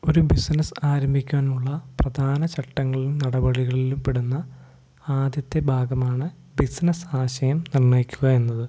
ഒരു ബിസിനസ്സ് ആരംഭിക്കുവാനുള്ള പ്രധാന ചട്ടങ്ങളിലും നടപടികളിലും പെടുന്ന ആദ്യത്തെ ഭാഗമാണ് ബിസിനസ്സ് ആശയം നിർണ്ണയിക്കുക എന്നത്